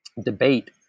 debate